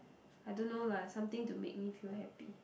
I don't know lah something to make me feel happy